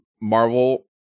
Marvel